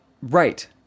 right